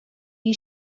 you